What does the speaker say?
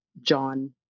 John